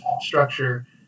structure